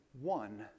One